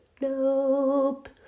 nope